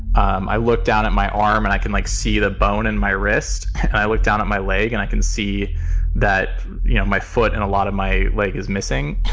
um i looked down at my arm and i can like see the bone in my wrist. and i looked down at my leg and i can see that you know my foot in a lot of my leg is missing.